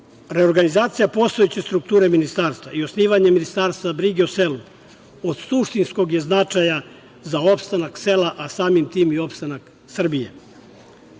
oblastima. Reorganizacija postojeće strukture ministarstava i osnivanje Ministarstava za brigu o selu od suštinskog je značaja za opstanak sela, a samim tim i opstanak